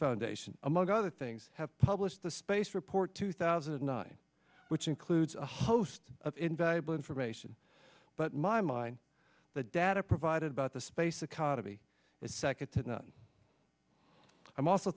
foundation among other things have published the space report two thousand and nine which includes a host of invaluable information but my mind the data provided about the space academy is